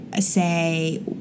say